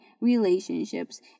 relationships